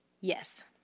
Yes